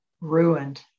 ruined